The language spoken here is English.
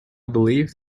believe